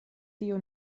tio